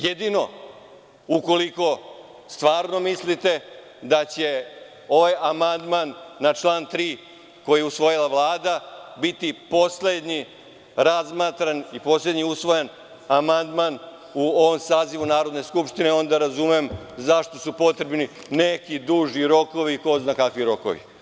Jedino, ukoliko stvarno mislite da će ovaj amandman na član 3. koji je usvojila Vlada biti poslednji razmatran i poslednji usvajan amandman u ovom sazivu Narodne skupštine, onda razumem zašto su potrebni neki duži rokovi, ko zna kakvi rokovi.